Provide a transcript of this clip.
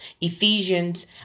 Ephesians